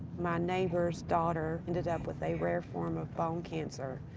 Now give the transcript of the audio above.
my neighbor's daughter ended up with a rare form of bone cancer.